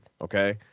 okay